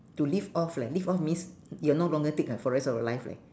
to live off leh live off means you are no longer take eh for the rest of your life leh